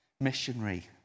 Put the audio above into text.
missionary